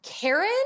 Karen